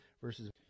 versus –